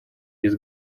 без